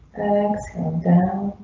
thanks come down.